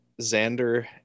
Xander